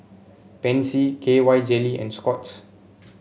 Pansy K Y Jelly and Scott's